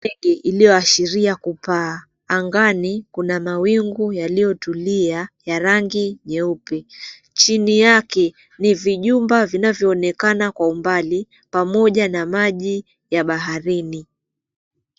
Ndege iliyoashiria kupaa. Angani kuna mawingu yaliyotulia ya rangi nyeupe. Chini yake, ni vijumba vinavyoonekana kwa umbali, pamoja na maji ya baharini.